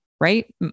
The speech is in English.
Right